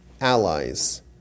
allies